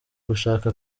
gushaka